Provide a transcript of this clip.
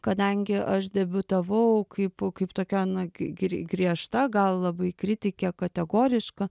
kadangi aš debiutavau kaip kaip tokia na gi griežta gal labai kritikė kategoriška